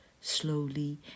slowly